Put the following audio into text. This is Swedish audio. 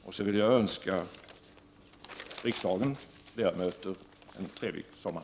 Jag vill också önska riksdagens ledamöter en trevlig sommar.